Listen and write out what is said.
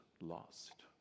lost